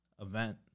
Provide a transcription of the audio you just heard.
event